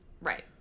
Right